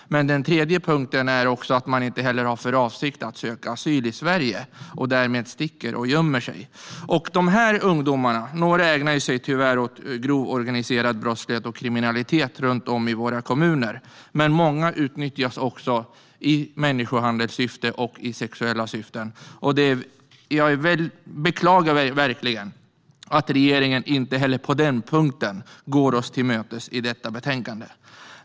Den tredje punkten är att de inte har för avsikt att söka asyl i Sverige och därmed sticker och gömmer sig. Några av dessa ungdomar ägnar sig tyvärr åt grov organiserad brottslighet och kriminalitet runt om i våra kommuner, men många utnyttjas också i människohandelssyfte och för sexuella syften. Jag beklagar verkligen att regeringspartierna inte heller på den punkten går oss till mötes i betänkandet.